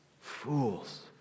fools